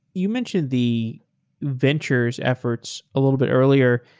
you mentioned the ventures efforts a little bit earlier,